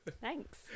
Thanks